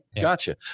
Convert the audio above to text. gotcha